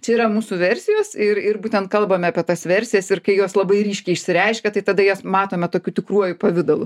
čia yra mūsų versijos ir ir būtent kalbame apie tas versijas ir kai jos labai ryškiai išsireiškia tai tada jas matome tokiu tikruoju pavidalu